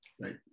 Right